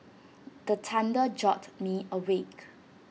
the thunder jolt me awake